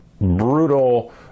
brutal